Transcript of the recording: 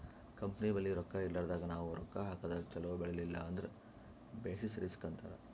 company ಬಲ್ಲಿ ರೊಕ್ಕಾ ಇರ್ಲಾರ್ದಾಗ್ ನಾವ್ ರೊಕ್ಕಾ ಹಾಕದಾಗ್ ಛಲೋ ಬೆಳಿಲಿಲ್ಲ ಅಂದುರ್ ಬೆಸಿಸ್ ರಿಸ್ಕ್ ಅಂತಾರ್